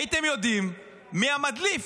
הייתם יודעים מי מדליף.